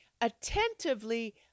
attentively